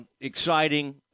exciting